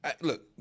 Look